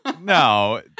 No